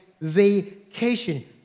vacation